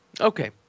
Okay